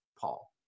Paul